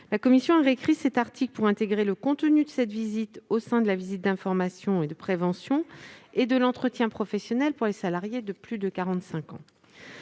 La commission a réécrit cet article pour intégrer le contenu de cette visite au sein de la visite d'information et de prévention et de l'entretien professionnel pour les salariés de plus de 45 ans.